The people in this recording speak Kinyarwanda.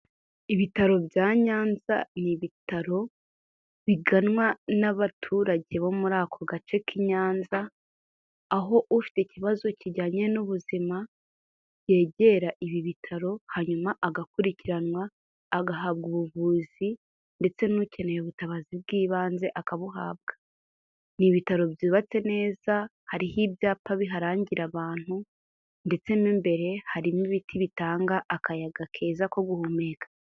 Ibitaro bya Nyanza, ni ibitaro biganwa n'abaturage bo muri ako gace k'i Nyanza, aho ufite ikibazo kijyanye n'ubuzima yegera ibi bitaro hanyuma agakurikiranwa, agahabwa ubuvuzi ndetse n'ukeneye ubutabazi bw'ibanze akabuhabwa, ni ibitaro byubatse neza, hariho ibyapa biharangira abantu, ndetse mu imbere harimo ibiti bitanga akayaga keza ko guhumeka.